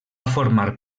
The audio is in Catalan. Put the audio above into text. formar